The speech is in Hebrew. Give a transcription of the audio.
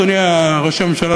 אדוני ראש הממשלה,